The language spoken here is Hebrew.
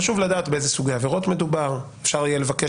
חשוב לדעת באילו סוגי עבירות מדובר; אפשר יהיה לבקש